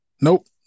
Nope